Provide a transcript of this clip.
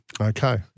Okay